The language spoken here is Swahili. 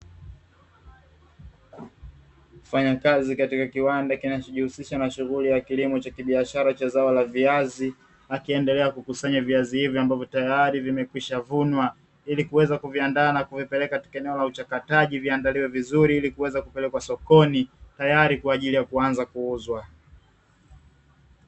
Mfanyakazi katika kiwanda kinachojihusisha na shughuli ya kilimo cha kibiashara cha zao la viazi, akiendelea kukusanya viazi hivyo ambavyo tayari vimekwisha vunwa ili kuweza kuviandaa na kuvipeleka katika eneo la uchakataji viandaliwe vizuri ili kuweza kupelekwa sokoni, tayari kwa ajili ya kuanza kuuzwa.